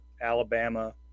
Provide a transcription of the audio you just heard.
Alabama